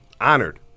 Honored